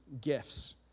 gifts